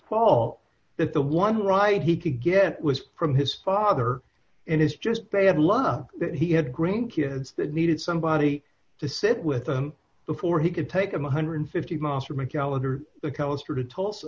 fault that the one ride he could get was from his father and it's just bad luck that he had grown kids that needed somebody to sit with them before he could take them a one hundred and fifty miles from a calendar